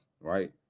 right